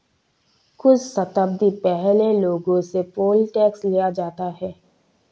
कुछ शताब्दी पहले लोगों से पोल टैक्स लिया जाता था